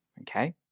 okay